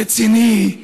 רציני,